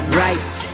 right